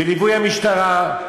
בליווי המשטרה.